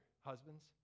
Husbands